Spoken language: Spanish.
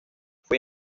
fue